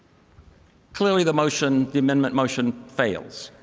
clearly, the motion, the amendment motion fails.